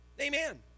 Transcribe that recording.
Amen